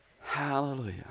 Hallelujah